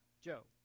Joe